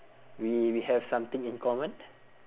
we we have something in common